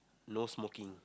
no smoking